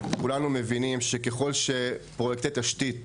כולנו מבינים שככל שפרויקטי תשתית